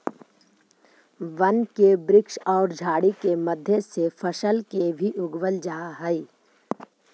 वन के वृक्ष औउर झाड़ि के मध्य से फसल के भी उगवल जा हई